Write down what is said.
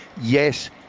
Yes